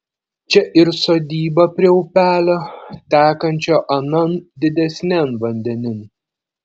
čia ir sodyba prie upelio tekančio anan didesnian vandenin